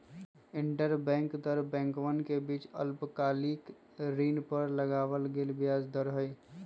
interbank दर बैंकवन के बीच अल्पकालिक ऋण पर लगावल गेलय ब्याज के दर हई